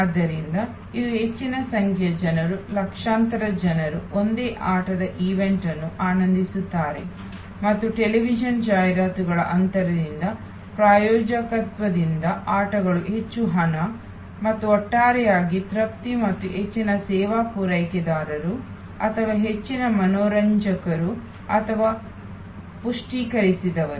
ಆದ್ದರಿಂದ ಇಂದು ಹೆಚ್ಚಿನ ಸಂಖ್ಯೆಯ ಜನರು ಲಕ್ಷಾಂತರ ಜನರು ಒಂದೇ ಆಟದ ಈವೆಂಟ್ ಅನ್ನು ಆನಂದಿಸುತ್ತಾರೆ ಮತ್ತು ಟೆಲಿವಿಷನ್ ಜಾಹೀರಾತುಗಳ ಅಂತರದಿಂದ ಪ್ರಾಯೋಜಕತ್ವದಿಂದ ಆಟಗಳು ಹೆಚ್ಚು ಹಣ ಮತ್ತು ಒಟ್ಟಾರೆಯಾಗಿ ತೃಪ್ತಿ ಮತ್ತು ಹೆಚ್ಚಿನ ಸೇವಾ ಪೂರೈಕೆದಾರರು ಅಥವಾ ಹೆಚ್ಚಿನ ಮನರಂಜಕರು ಅಥವಾ ಪುಷ್ಟೀಕರಿಸಿದವರು